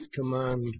command